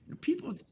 people